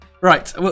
Right